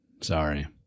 Sorry